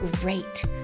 great